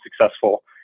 successful